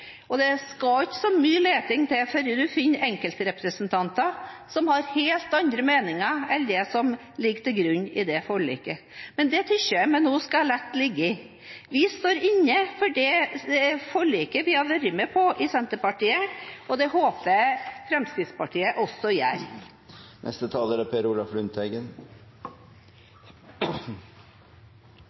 Og det skal ikke så mye leting til før en finner enkeltrepresentanter som har helt andre meninger enn det som ligger til grunn for forliket. Men det synes jeg vi nå skal la ligge. Vi i Senterpartiet står inne for det forliket vi har vært med på, og det håper jeg Fremskrittspartiet også gjør.